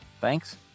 Thanks